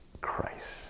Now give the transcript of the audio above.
Christ